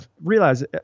realize